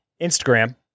Instagram